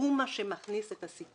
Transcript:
זה מה שמכניס את הסיכון.